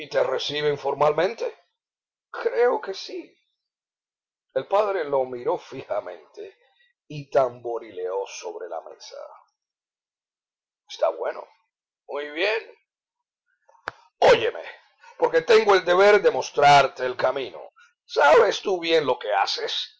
te reciben formalmente c creo que sí el padre lo miró fijamente y tamborileó sobre la mesa está bueno muy bien oyeme porque tengo el deber de mostrarte el camino sabes tú bien lo que haces